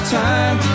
time